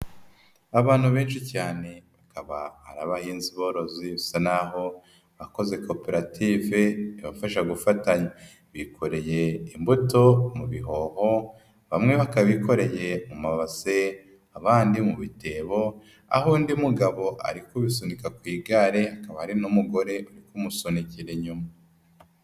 Abantu benshi cyane bakaba ari abahinzi borozi bisa n'aho abakoze koperative ibafashafa gufatanya, bikoreye imbuto mu bihoho bamwe bakaba bikoreye mu mabase abandi mu bitebo, aho undi mugabo ari kubisunika ku igare hakaba hari n'umugore uri kumusunikira inyuma.